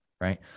right